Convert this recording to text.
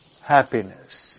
happiness